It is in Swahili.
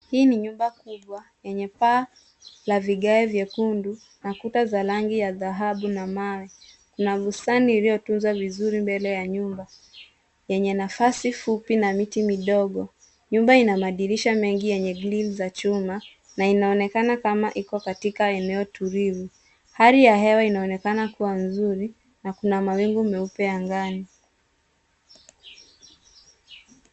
Hii ni nyumba kubwa yenye paa ya vigae vyekundu, na kuta za rangi ya dhahabu na Kuna bustani iliyotunza vizuri mbele ya nyumba, yenye nafasi fupi na miti midogo. Nyumba ina madirisha mengi yenye grill za chuma na inaonekana kama iko eneo tulivu. Hali ya hewa inaonekana kuwa nzuri na kuna mawingu meupe angani.